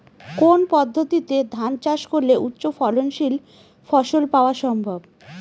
কোন পদ্ধতিতে ধান চাষ করলে উচ্চফলনশীল ফসল পাওয়া সম্ভব?